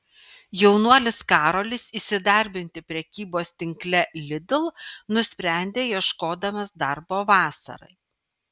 jaunuolis karolis įsidarbinti prekybos tinkle lidl nusprendė ieškodamas darbo vasarai